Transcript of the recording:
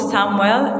Samuel